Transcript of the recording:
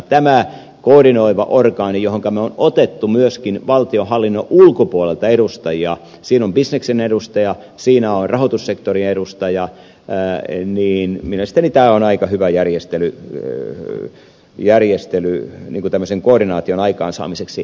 tämä koordinoiva orgaani johonka me olemme ottaneet myöskin valtionhallinnon ulkopuolelta edustajia siinä on bisneksen edustaja siinä on rahoitussektorin edustaja mielestäni on aika hyvä järjestely tämmöisen koordinaation aikaansaamiseksi